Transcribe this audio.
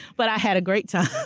but i had a great time.